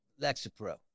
Lexapro